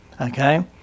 Okay